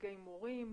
נציגי מורים,